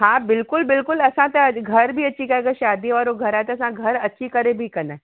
हा बिल्कुलु बिल्कुलु असां त घर बि अची करे अगरि शादीअ वारो घरु आहे त असां घरु अची करे बि कंदा आहियूं